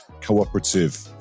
cooperative